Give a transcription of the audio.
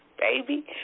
baby